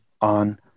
on